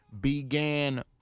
began